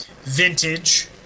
vintage